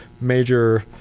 major